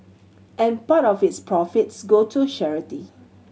an part of its profits go to charity